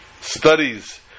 studies